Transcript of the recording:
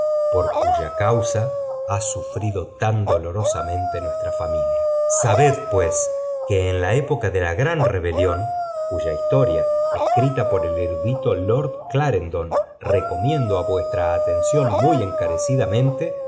por cuya causa ha sufrido tan dolorosamente nuestra f amiba sabed pueb que en la época de la gran rebelión cuya historia escrita por el erudito lord olareq don recomiendo á vuestra atención muy encarecidamente